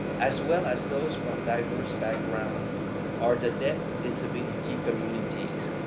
as well as those from diverse background or the, disability communities.